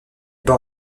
bat